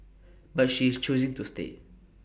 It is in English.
but she is choosing to stay